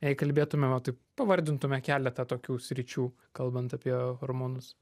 jei kalbėtumėme taip pavardintume keletą tokių sričių kalbant apie hormonus